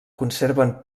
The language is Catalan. conserven